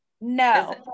No